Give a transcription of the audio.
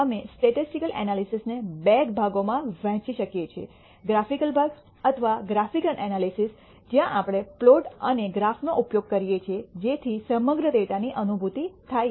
અમે statistical analysis ને બે ભાગોમાં વહેંચી શકીએ છીએ ગ્રાફિકલ ભાગ અથવા ગ્રાફિકલ ઍનાલિસિસ જ્યાં આપણે પ્લોટ અને ગ્રાફનો ઉપયોગ કરીએ છીએ જેથી સમગ્ર ડેટા ની અનુભૂતિ થાય